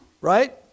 Right